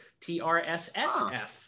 TRSSF